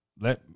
let